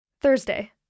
Thursday